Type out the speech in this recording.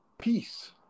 peace